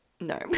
No